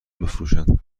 بفروشند